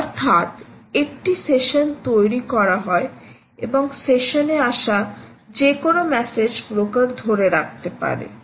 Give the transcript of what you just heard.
অর্থাৎ একটি সেশন তৈরি করা হয় এবং সেশনে আসা যে কোন মেসেজ ব্রোকার ধরে রাখতে পারে